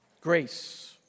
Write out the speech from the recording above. grace